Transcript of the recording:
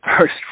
first